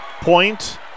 Point